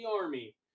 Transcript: army